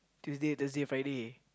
Tuesday Thursday Friday